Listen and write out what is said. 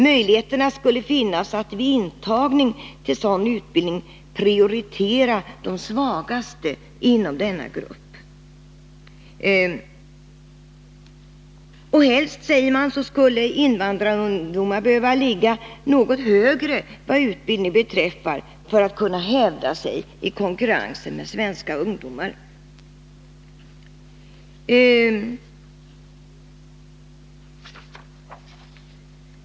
Möjligheterna skulle finnas att vid intagning till sådan utbildning prioritera de svagaste inom denna grupp. Helst, säger man, skulle invandrarungdomarna behöva ligga något högre vad utbildningen beträffar för att kunna hävda sig i konkurrensen med svenska ungdomar.